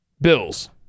bills